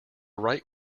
right